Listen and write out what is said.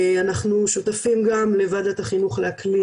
אנחנו שותפים גם לוועדת החינוך לאקלים,